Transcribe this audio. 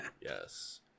Yes